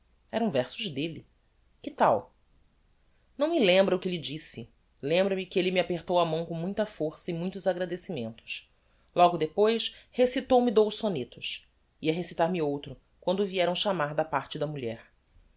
eram versos delle que tal não me lembra o que lhe disse lembra-me que elle me apertou a mão com muita força e muitos agradecimentos logo depois recitou me dous sonetos ia recitar me outro quando o vieram chamar da parte da mulher